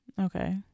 Okay